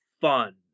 fun